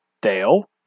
Dale